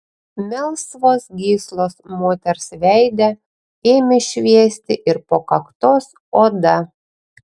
melsvos gyslos moters veide ėmė šviesti ir po kaktos oda